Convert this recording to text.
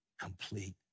complete